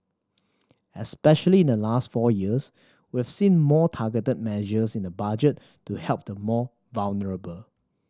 especially in the last four years we've seen more targeted measures in the Budget to help the more vulnerable